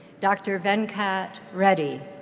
dr. venkat reddy.